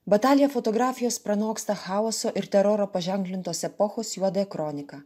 batalija fotografijos pranoksta chaoso ir teroro paženklintos epochos juodąją kroniką